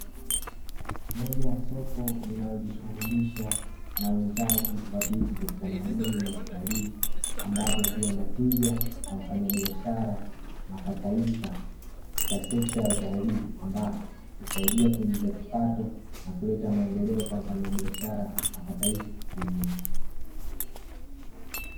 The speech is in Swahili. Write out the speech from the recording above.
Moja ya soko linalojishughulisha na uuzaji wa vitu vya kitamaduni na kitalii, ambavyo huwa na tija kwa mfanyabiashara na kwa taifa katika sekta ya utalii, ambapo husaidia kuingiza kipato na kuleta maendeleo kwa mfanyabiashara na kwa taifa kiujumla.